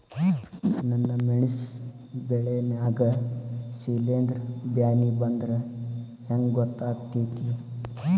ನನ್ ಮೆಣಸ್ ಬೆಳಿ ನಾಗ ಶಿಲೇಂಧ್ರ ಬ್ಯಾನಿ ಬಂದ್ರ ಹೆಂಗ್ ಗೋತಾಗ್ತೆತಿ?